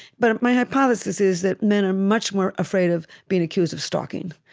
but my hypothesis is that men are much more afraid of being accused of stalking,